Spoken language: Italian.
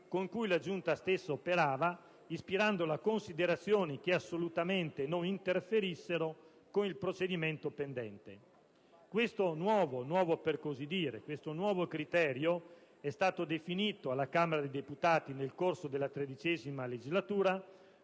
con cui la Giunta stessa operava ispirando la considerazione che assolutamente non interferissero con il procedimento pendente. Questo per così dire nuovo criterio è stato definito alla Camera dei deputati nel corso della XIII legislatura,